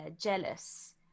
jealous